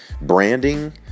branding